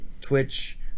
Twitch